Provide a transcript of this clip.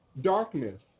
darkness